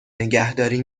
نگهداری